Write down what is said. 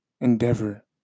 endeavor